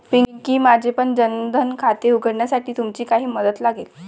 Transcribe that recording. पिंकी, माझेपण जन धन खाते उघडण्यासाठी तुमची काही मदत लागेल